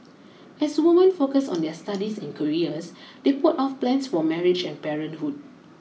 as women focused on their studies and careers they put off plans for marriage and parenthood